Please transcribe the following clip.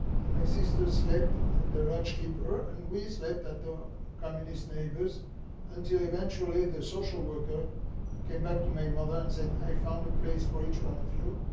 and my sisters slept at the lodge keeper's and we slept at the communist neighbor's until eventually the social worker came back to my mother and said i found a place for each one of you.